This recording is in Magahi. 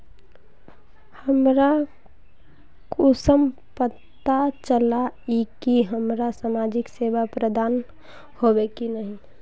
हमरा कुंसम पता चला इ की हमरा समाजिक सेवा प्रदान होबे की नहीं?